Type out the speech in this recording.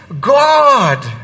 God